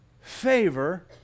favor